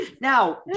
Now